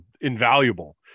invaluable